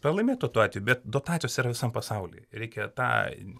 pralaimėtų tuo atveju bet dotacijos yra visam pasauly reikia tą